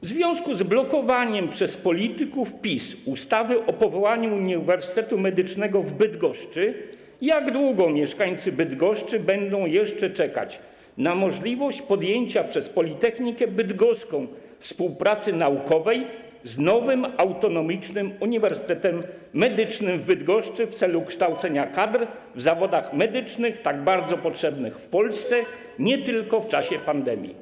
W związku z blokowaniem przez polityków PiS ustawy o powołaniu Uniwersytetu Medycznego w Bydgoszczy jak długo jeszcze mieszkańcy Bydgoszczy będą czekać na możliwość podjęcia przez Politechnikę Bydgoską współpracy naukowej z nowym, autonomicznym Uniwersytetem Medycznym w Bydgoszczy w celu kształcenia kadr w zawodach medycznych, tak bardzo potrzebnych w Polsce nie tylko w czasie pandemii?